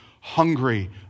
hungry